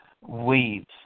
weaves